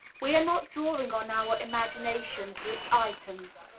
we are not drawing on our imagination for its items.